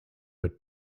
but